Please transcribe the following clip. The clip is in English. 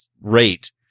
rate